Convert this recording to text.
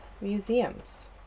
museums